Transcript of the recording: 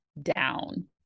down